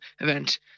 event